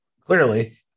Clearly